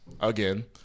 again